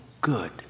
good